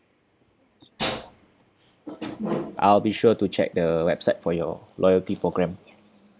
I'll be sure to check the website for your loyalty program